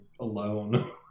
alone